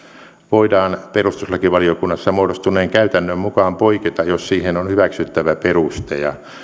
voidaan perustuslakivaliokunnassa muodostuneen käytännön mukaan poiketa jos siihen on hyväksyttävä peruste